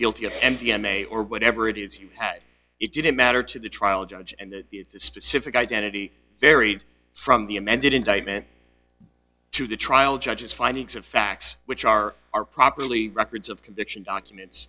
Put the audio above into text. guilty of m d m a or whatever it is you had it didn't matter to the trial judge and the specific identity varied from the amended indictment to the trial judge's findings of facts which are are properly records of conviction documents